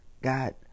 God